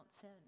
sin